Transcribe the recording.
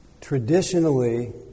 traditionally